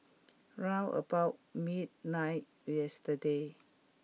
round about midnight yesterday